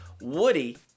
Woody